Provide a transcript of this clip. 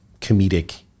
comedic